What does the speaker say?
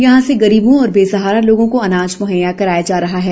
यहां से गरीबों और बेसहारा लोगों को अनाज मुहैया कराया जा रहा है